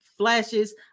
Flashes